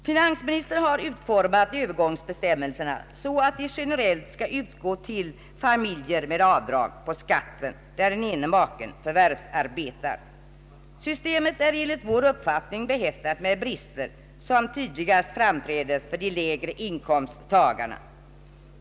Finansministern har utformat övergångsbestämmelserna så att de generellt skall gälla för familjer med avdrag på skatten i de fall då den ene maken förvärvsarbetar. Systemet är enligt vår uppfattning behäftat med brister som tydligast framträder för de lägre in komsttagarna.